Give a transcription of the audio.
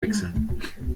wechseln